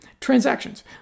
transactions